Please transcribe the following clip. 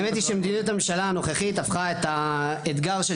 האמת היא שמדיניות הממשלה הנוכחית הפכה את האתגר של